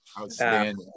Outstanding